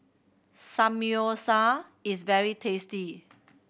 samgyeopsal is very tasty